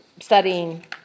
studying